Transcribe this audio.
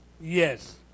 Yes